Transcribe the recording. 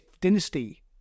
dynasty